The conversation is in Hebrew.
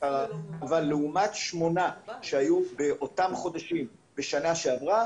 --- אבל לעומת שמונה שהיו באותם חודשים בשנה שעברה